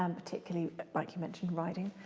um particularly like you mentioned, riding.